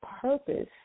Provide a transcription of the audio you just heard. purpose